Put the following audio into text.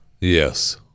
Yes